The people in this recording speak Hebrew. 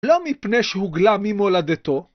לא מפני שהוגלה ממולדתו.